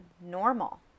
normal